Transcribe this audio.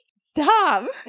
Stop